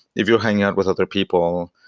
if you're hanging out with other people,